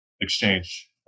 exchange